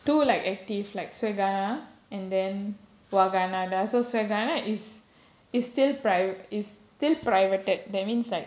two like active like and then so is is still priv~ it's still privated that means like